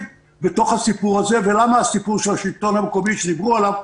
בתוך הסיפור הזה ולמה הסיפור של השלטון המקומי שדיברו עליו.